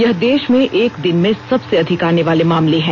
यह भारत में एक दिन में सबसे अधिक आने वाले मामले हैं